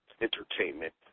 entertainment